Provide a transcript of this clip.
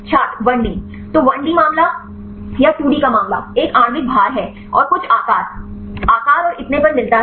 छात्र 1 डी तो 1 डी मामला या 2 डी का मामला एक आणविक भार है और कुछ आकार आकार और इतने पर मिलता है